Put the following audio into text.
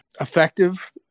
Effective